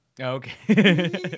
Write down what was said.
Okay